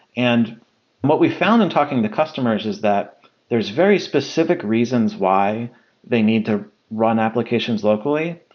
and what we found in talking to customers is that there is very specific reasons why they need to run applications locally,